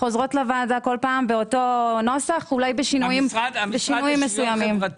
לוועדה כל פעם באותו נוסח, בשינויים מסוימים.